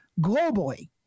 Globally